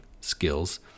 skills